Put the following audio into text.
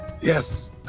Yes